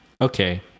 okay